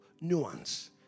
nuance